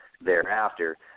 thereafter